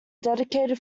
dedicated